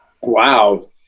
Wow